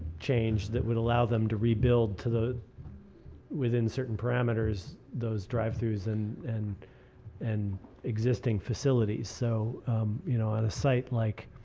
change that would allow them to rebuild to within certain parameters those drive throughs and and and existing facilities. so you know on a site like,